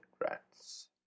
rats